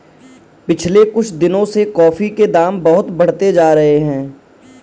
पिछले कुछ दिनों से कॉफी के दाम बहुत बढ़ते जा रहे है